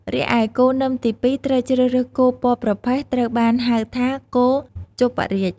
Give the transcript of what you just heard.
រីឯគោនឹមទី២ ត្រូវជ្រើសរើសគោ ពណ៌ប្រផេះ ត្រូវបានហៅថា គោជប់រាជ។